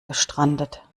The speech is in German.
gestrandet